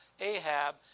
Ahab